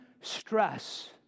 stress